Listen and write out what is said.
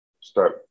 start